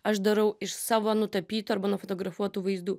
aš darau iš savo nutapytų arba nufotografuotų vaizdų